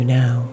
now